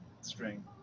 string